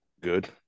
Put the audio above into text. good